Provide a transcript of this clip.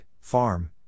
farm